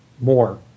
more